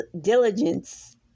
Diligence